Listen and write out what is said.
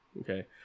Okay